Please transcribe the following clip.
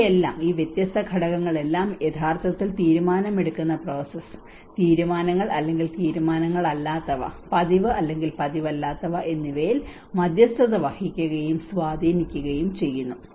ഇവയെല്ലാം ഈ വ്യത്യസ്ത ഘടകങ്ങളെല്ലാം യഥാർത്ഥത്തിൽ തീരുമാനമെടുക്കുന്ന പ്രോസസ്സ് തീരുമാനങ്ങൾ അല്ലെങ്കിൽ തീരുമാനങ്ങൾ അല്ലാത്തവ പതിവ് അല്ലെങ്കിൽ പതിവ് അല്ലാത്തവ എന്നിവയിൽ മധ്യസ്ഥത വഹിക്കുകയും സ്വാധീനിക്കുകയും ചെയ്യുന്നു